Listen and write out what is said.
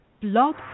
Blog